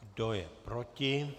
Kdo je proti?